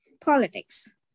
politics